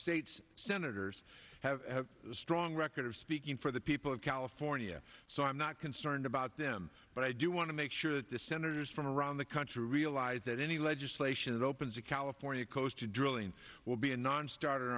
states senators have a strong record of speaking for the people of california so i'm not concerned about them but i do want to make sure that the senators from around the country realize that any legislation that opens the california coast to drilling will be a nonstarter